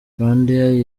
rwandair